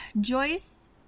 Joyce